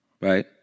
Right